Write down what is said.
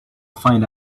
find